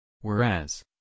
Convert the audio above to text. Whereas